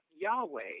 Yahweh